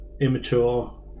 immature